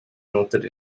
noted